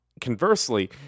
conversely